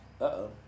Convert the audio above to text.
Uh-oh